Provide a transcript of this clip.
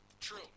True